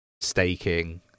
staking